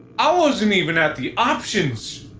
i wasn't even at the options!